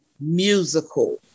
musical